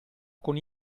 con